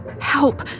help